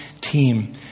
team